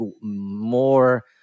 more